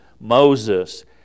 Moses